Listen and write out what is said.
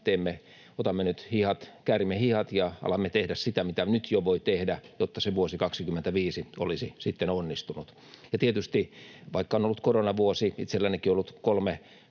vaan käärimme hihat ja alamme tehdä sitä, mitä voi jo nyt tehdä, jotta se vuosi 25 olisi sitten onnistunut. Ja tietysti, vaikka on ollut koronavuosi, itsellänikin on ollut kolme